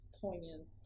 poignant